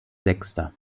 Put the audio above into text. sechster